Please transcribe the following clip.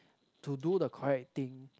to do the correct thing